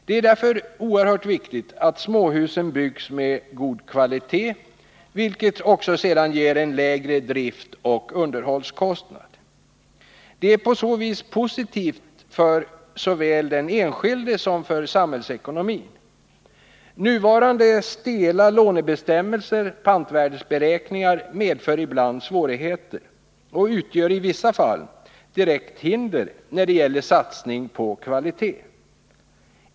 Det är därför viktigt att småhusen byggs med god kvalitet, vilket också sedan ger en lägre driftoch underhållskostnad. Detta är på så vis positivt för såväl den enskilde som samhällsekonomin. Nuvarande ”stela” lånebestämmelser och pantvärdesberäkningar medför ibland svårigheter och utgör i vissa fall direkt hinder när det gäller satsning på kvalitet.